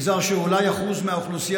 מגזר שהוא אולי 1% מהאוכלוסייה,